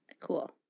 Cool